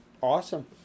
Awesome